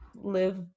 live